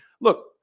Look